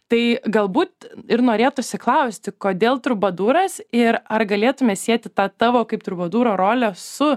tai galbūt ir norėtųsi klausti kodėl trubadūras ir ar galėtume sieti tą tavo kaip trubadūro rolę su